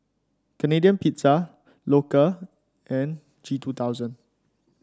Canadian Pizza Loacker and G two thousand